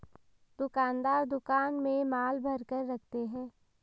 दुकानदार दुकान में माल भरकर रखते है